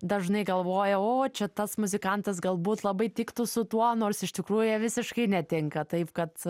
dažnai galvoja o čia tas muzikantas galbūt labai tiktų su tuo nors iš tikrųjų jie visiškai netinka taip kad